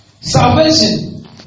Salvation